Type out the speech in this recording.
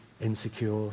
insecure